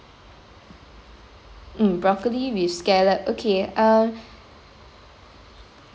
mm broccoli with scallop okay uh